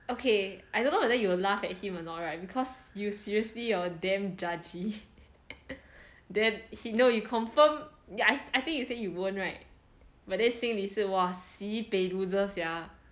okay I don't know whether you will laugh at him or not right because you seriously hor damn judgy then he know you confirm ya I I think you said you won't right but then 心里是 !wah! sibei loser sia